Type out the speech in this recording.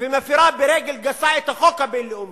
ומפירה ברגל גסה את החוק הבין-לאומי.